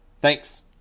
Thanks